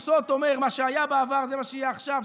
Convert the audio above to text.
מכסות אומר, מה שהיה בעבר זה מה שיהיה עכשיו.